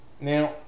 Now